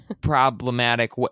Problematic